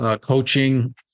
coaching